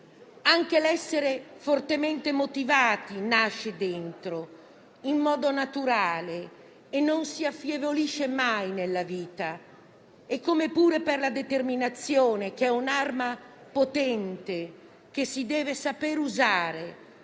Anche l'essere fortemente motivati nasce dentro in modo naturale e non si affievolisce mai nella vita, come pure la determinazione, che è un'arma potente che si deve saper usare